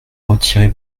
retirer